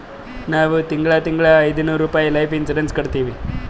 ನಾವ್ ತಿಂಗಳಾ ತಿಂಗಳಾ ಐಯ್ದನೂರ್ ರುಪಾಯಿ ಲೈಫ್ ಇನ್ಸೂರೆನ್ಸ್ ಕಟ್ಟತ್ತಿವಿ